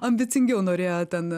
ambicingiau norėjo ten